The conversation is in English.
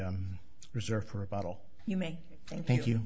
been reserved for a bottle you may think you